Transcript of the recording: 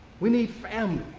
we need family.